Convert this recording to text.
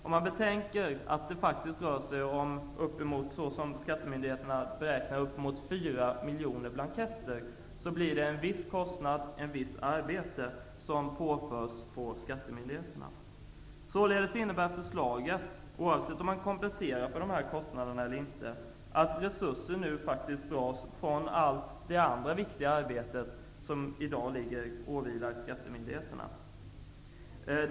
Om man betänker att det enligt skattemyndigheternas beräkningar faktiskt rör sig om fyra miljoner blanketter blir det en viss kostnad och ett visst arbete som påförs skattemyndigheterna. Således innebär förslaget, oavsett om man kompenserar för dessa kostnader eller inte, att resurser nu tas från allt det andra viktiga arbete som i dag åvilar skattemyndigheterna.